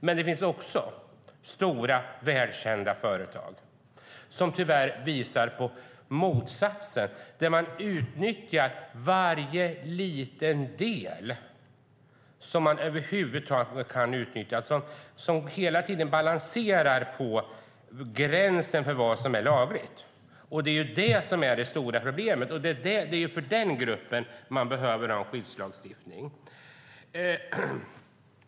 Men det finns också stora, välkända företag som tyvärr visar på motsatsen, där man utnyttjar varje liten del som man över huvud taget kan utnyttja, som hela tiden balanserar på gränsen för vad som är lagligt. Det är ju det som är det stora problemet, och det är för den gruppen det behövs skyddslagstiftning.